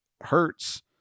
hurts